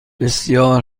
بسیار